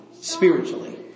spiritually